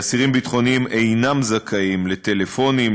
אסירים ביטחוניים אינם זכאים לטלפונים,